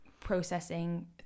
processing